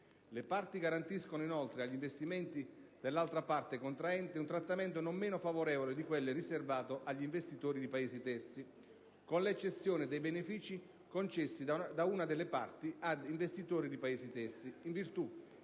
Le parti garantiscono inoltre agli investimenti dell'altra parte contraente un trattamento non meno favorevole di quello riservato agli investitori di Paesi terzi, con l'eccezione dei benefici concessi da una delle parti ad investitori di Paesi terzi in virtù